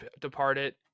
departed